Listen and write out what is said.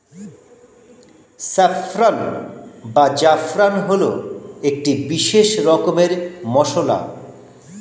saffron বা জাফরান হল একটি বিশেষ রকমের মশলা